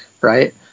right